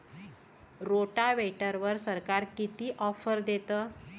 रोटावेटरवर सरकार किती ऑफर देतं?